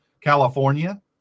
California